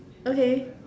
okay